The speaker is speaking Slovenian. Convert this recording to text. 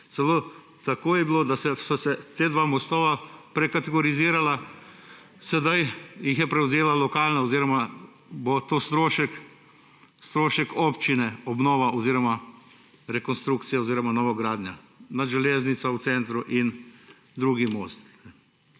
Celo tako je bilo, da sta se ta dva mostova prekategorizirala. Sedaj ju je prevzela lokalna oziroma bo to strošek občine, obnova oziroma rekonstrukcija oziroma novogradnja nad železnico v centru in drugi most.